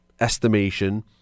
estimation